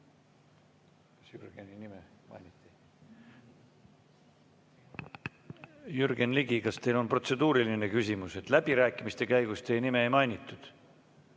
Jürgen Ligi, kas teil on protseduuriline küsimus? Läbirääkimiste käigus teie nime ei mainitud.